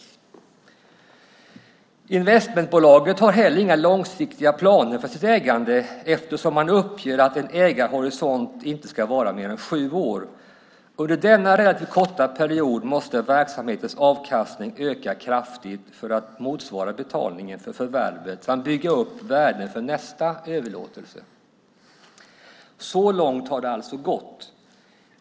Investmentbolaget har inte heller några långsiktiga planer för sitt ägande eftersom man uppger att en ägarhorisont inte ska vara mer än sju år. Under denna relativt korta period måste verksamhetens avkastning öka kraftigt för att motsvara betalningen för förvärvet samt bygga upp värden för nästa överlåtelse. Så långt har det alltså gått.